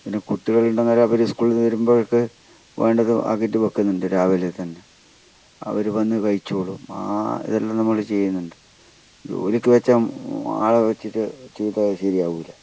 പിന്നെ കുട്ടികളുണ്ടെങ്കിൽ അവർ സ്കൂളിൽ നിന്ന് വരുമ്പോഴേക്ക് വേണ്ടതും ആക്കിയിട്ട് വയ്ക്കുന്നുണ്ട് രാവിലെ തന്നെ അവർ വന്ന് കഴിച്ചോളും ആ ഇതെല്ലാം നമ്മൾ ചെയ്യുന്നുണ്ട് ജോലിക്ക് വച്ചാൽ ആളെ വച്ചിട്ട് ചെയ്താൽ അത് ശരിയാവൂല